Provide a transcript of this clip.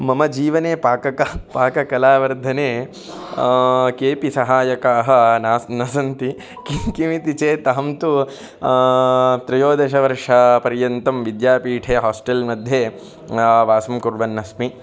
मम जीवने पाककला पाककलावर्धने केपि सहायकाः नास्ति न सन्ति किम् किमिति चेत् अहं तु त्रयोदशवर्षपर्यन्तं विद्यापीठे होस्टल्मध्ये वासं कुर्वन् अस्मि